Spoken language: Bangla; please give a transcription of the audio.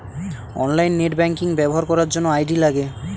অনলাইন নেট ব্যাঙ্কিং ব্যবহার করার জন্য আই.ডি লাগে